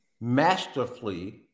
masterfully